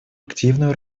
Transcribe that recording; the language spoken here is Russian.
активную